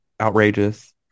Outrageous